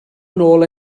nôl